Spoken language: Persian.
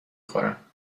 خورم